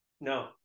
No